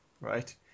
right